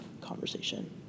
conversation